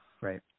right